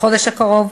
בחודש הקרוב,